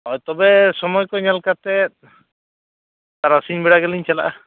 ᱦᱳᱭ ᱛᱚᱵᱮ ᱥᱚᱢᱚᱭ ᱠᱚ ᱧᱮᱞ ᱠᱟᱛᱮᱫ ᱛᱟᱨᱟᱥᱤᱧ ᱵᱮᱲᱟ ᱜᱮᱞᱤᱧ ᱪᱟᱞᱟᱜᱼᱟ